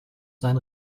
sein